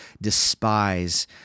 despise